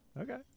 okay